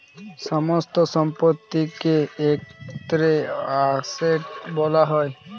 সমস্ত সম্পত্তিকে একত্রে অ্যাসেট্ বলা হয়